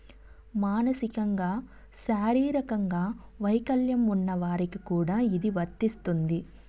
మానసికంగా శారీరకంగా వైకల్యం ఉన్న వారికి కూడా ఇది వర్తిస్తుంది